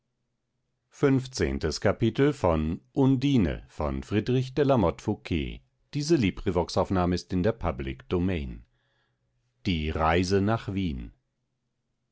die reise nach wien